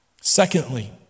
Secondly